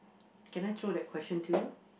can I throw that question to you